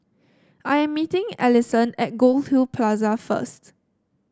I am meeting Allison at Goldhill Plaza first